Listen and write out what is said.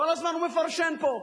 כל הזמן הוא מפרשן פה.